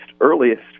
earliest